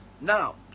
now